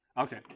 Okay